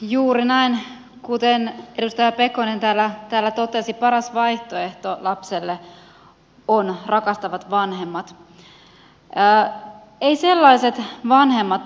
juuri näin kuten edustaja pekonen täällä totesi paras vaihtoehto lapselle on rakastavat vanhemmat